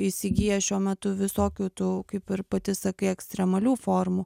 is įgyja šiuo metu visokių tų kaip ir pati sakai ekstremalių formų